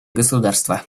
государство